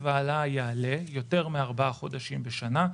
ההעלאה יעלה יותר מארבעה חודשים בשנה.